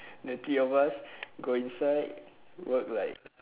the three of us go inside work like